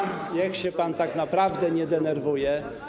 Niech się pan tak naprawdę nie denerwuje.